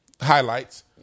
highlights